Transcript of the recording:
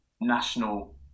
national